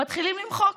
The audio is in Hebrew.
מתחילים למחוק.